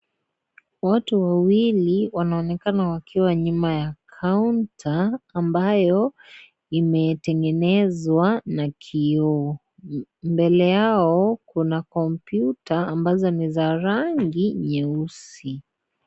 Watu wawili, wanaonekana wakiwa nyuma ya kaunta, ambayo imetengenezwa na kioo. Mbele yao, kuna kompyuta ambazo ni za rangi nyeusi.